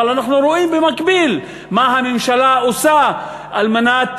אבל אנחנו רואים במקביל מה הממשלה עושה על מנת